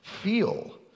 feel